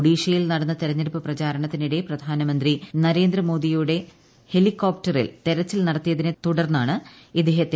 ഒഡിഷയിൽ നടന്ന തെരഞ്ഞെടുപ്പ് പ്രചാരണത്തിനിടെ പ്രധാനമന്ത്രി നരേന്ദ്രമോദിയുടെ ഹെലികോപ്റ്ററിൽ തിരച്ചിൽ നടത്തിയതിനെ തുടർന്നാണ് ഇദ്ദേഹത്തെ കമ്മീഷൻ സസ്പെന്റ് ചെയ്തത്